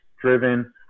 driven